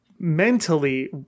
Mentally